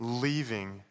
leaving